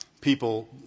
people